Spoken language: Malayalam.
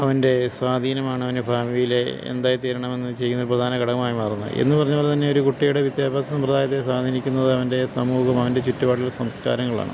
അവൻ്റെ സ്വാധീനമാണ് അവനു ഭാവിയിലെ എന്തായിത്തീരണമെന്ന് ചെയ്യുന്ന പ്രധാന ഘടകമായി മാറുന്നത് എന്നു പറഞ്ഞതുപോലെ തന്നെ ഒരു കുട്ടിയുടെ വിദ്യാഭ്യാസ സമ്പ്രദായത്തെ സ്വാധീനിക്കുന്നത് അവൻ്റെ സമൂഹം അവൻ്റെ ചുറ്റുപാടുമുള്ള സംസ്കാരങ്ങളാണ്